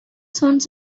sounds